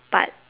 but